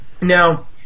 Now